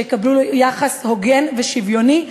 שיקבלו יחס הוגן ושוויוני,